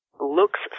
looks